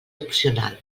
opcional